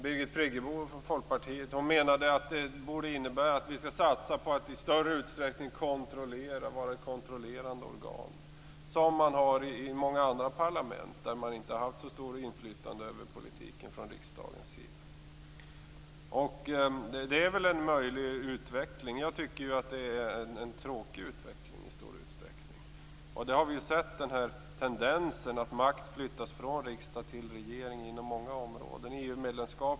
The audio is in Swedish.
Birgit Friggebo menar att detta innebär att riksdagen i större utsträckning skall vara ett kontrollerande organ så som det är i många andra parlament där inflytandet över politiken från parlamentens sida inte har varit lika stort. Jag tycker att det är en tråkig utveckling. Nu har vi sett tendensen att makten har flyttat från riksdagen till regeringen inom många områden.